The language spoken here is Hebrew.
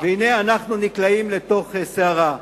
והנה אנחנו נקלעים לתוך סערה.